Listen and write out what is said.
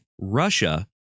Russia